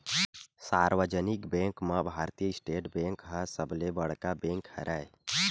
सार्वजनिक बेंक म Bharatiya state bank ह सबले बड़का बेंक हरय